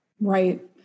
Right